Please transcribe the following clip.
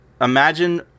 imagine